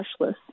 brushless